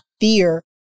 fear